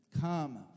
Come